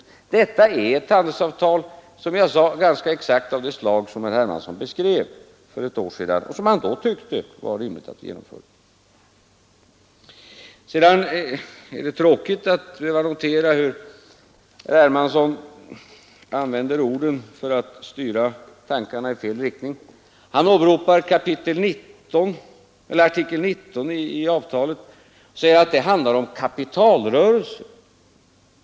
Vad som här föreligger är ett handelsavtal som jag sade — ganska exakt av det slag som herr Hermansson beskrev för ett år sedan och som han då tyckte var rimligt att genomföra. Sedan är det tråkigt att behöva notera hur herr Hermansson använder orden för att styra tankarna i fel riktning. Han åberopar artikel 19 i avtalet och säger att den handlar om kapitalrörelser.